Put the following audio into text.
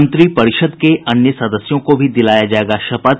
मंत्रिपरिषद के अन्य सदस्यों को भी दिलाया जायेगा शपथ